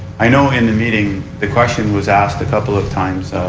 i know in the meeting the question was asked a couple of times,